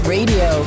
Radio